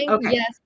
Yes